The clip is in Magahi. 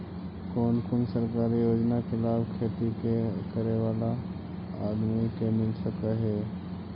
कोन कोन सरकारी योजना के लाभ खेती करे बाला आदमी के मिल सके हे?